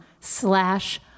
slash